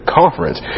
conference